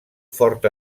fort